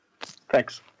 Thanks